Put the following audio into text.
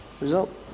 result